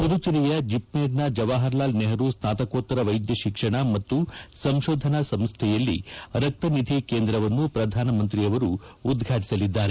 ಪುದುಚೇರಿಯ ಜಿಪ್ಮೇರ್ನ ಜವಾಹರ್ಲಾಲ್ ನೆಹರು ಸ್ನಾತಕೋತ್ತರ ವೈದ್ಯ ಶಿಕ್ಷಣ ಮತ್ತು ಸಂಶೋಧನಾ ಸಂಶ್ಯೆಯಲ್ಲಿ ರಕ್ತನಿಧಿ ಕೇಂದ್ರವನ್ನು ಪ್ರಧಾನಮಂತ್ರಿ ಉದ್ವಾಟಿಸಲಿದ್ದಾರೆ